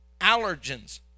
allergens